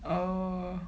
oh